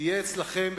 תהיה אצלכם,